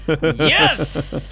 yes